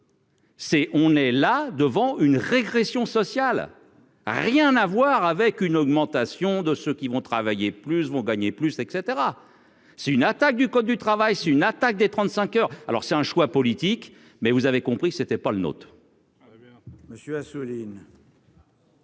on est là devant une régression sociale, rien à voir avec une augmentation de ceux qui vont travailler plus, vont gagner plus, et cetera, c'est une attaque du code du travail, une attaque des 35 heures, alors c'est un choix politique, mais vous avez compris que ce n'était pas le nôtre.